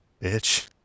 bitch